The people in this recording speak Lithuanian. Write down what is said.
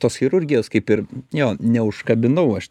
tos chirurgijos kaip ir jo neužkabinau aš